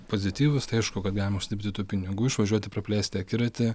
pozityvus tai aišku kad galima užsidirbti tų pinigų išvažiuoti praplėsti akiratį